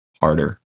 harder